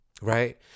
Right